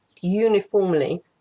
uniformly